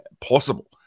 possible